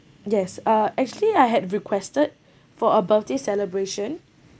yes uh actually I had requested for a birthday celebration